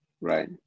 Right